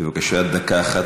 בבקשה, דקה אחת.